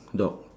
dog